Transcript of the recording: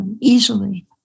easily